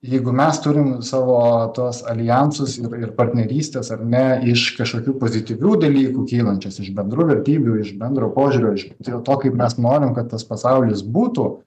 jeigu mes turim savo tuos aljansus ir ir partnerystes ar ne iš kažkokių pozityvių dalykų kylančios iš bendrų vertybių iš bendro požiūrio iš dėl to kaip mes norim kad tas pasaulis būtų